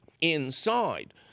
inside